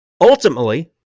Ultimately